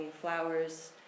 flowers